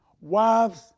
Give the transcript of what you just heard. wives